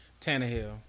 Tannehill